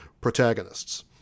protagonists